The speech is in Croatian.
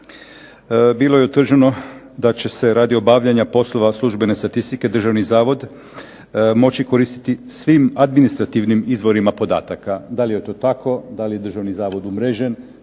bilo je utvrđeno da će se radi obavljanja poslova službene statistike državni zavod moći koristiti svim administrativnim izvorima podataka. DA li je to tako, da li je državni zavod umrežen,